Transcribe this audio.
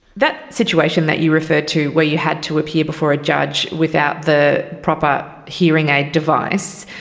that situation that you referred to where you had to appear before a judge without the proper hearing aid device,